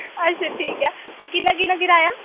अच्छ ठीक ऐ ते किन्ना किन्ना किराया